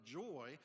joy